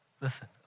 Listen